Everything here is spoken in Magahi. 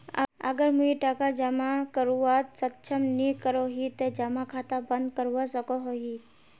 अगर मुई टका जमा करवात सक्षम नी करोही ते जमा खाता बंद करवा सकोहो ही?